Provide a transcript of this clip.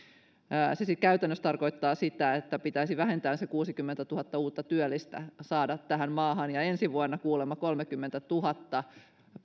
siis käytännössä tarkoittaa sitä että pitäisi vähintään se kuusikymmentätuhatta uutta työllistä saada tähän maahan ja ensi vuonna kuulemma kolmekymmentätuhatta